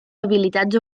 habilitats